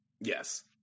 Yes